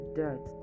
dirt